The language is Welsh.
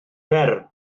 fer